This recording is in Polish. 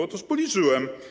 Otóż policzyłem.